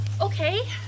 okay